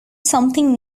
something